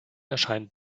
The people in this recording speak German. erscheint